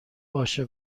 باشه